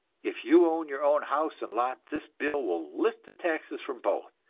if you own your own house and lot, this bill will lift the taxes from both,